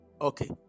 Okay